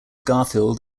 garfield